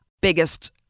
biggest